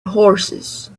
horses